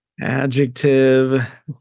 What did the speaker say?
Adjective